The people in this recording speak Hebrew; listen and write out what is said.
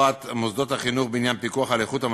מוסדות החינוך בעניין פיקוח על איכות המזון,